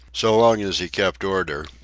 so long as he kept order.